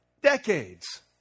decades